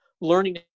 learning